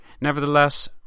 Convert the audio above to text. Nevertheless